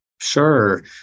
Sure